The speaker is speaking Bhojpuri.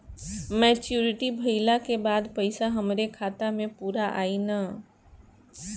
मच्योरिटी भईला के बाद पईसा हमरे खाता म पूरा आई न?